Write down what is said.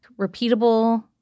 repeatable